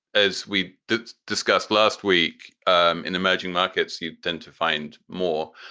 as we discussed last week, um in emerging markets, you tend to find more.